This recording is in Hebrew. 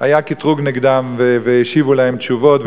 היה קטרוג נגדם והשיבו להם תשובות,